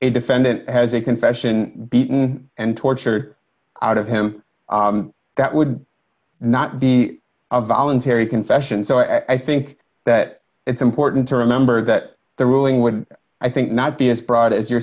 a defendant has a confession beaten and tortured out of him that would not be a voluntary confession so i think that it's important to remember that the ruling would i think not be as broad as you're